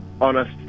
honest